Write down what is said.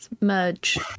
merge